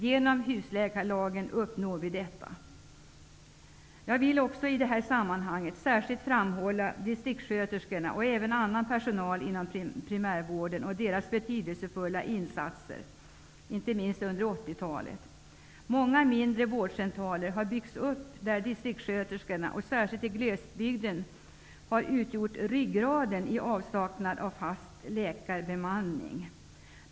Med husläkarlagen kan vi göra detta. Jag vill också i detta sammanhang särskilt framhålla distriktssköterskorna och även annan personal inom primärvården och deras betydelsefulla insatser, inte minst under 80-talet. Många mindre vårdcentraler har byggts upp där distriktssköterskorna, särskilt i glesbygden, har utgjort ryggraden i avsaknad av fast läkarbemanning.